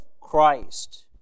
Christ